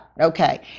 Okay